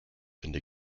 finde